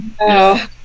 No